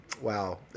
wow